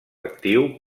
actiu